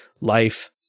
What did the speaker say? life